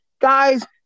guys